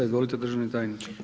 Izvolite državni tajniče.